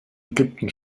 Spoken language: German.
ägypten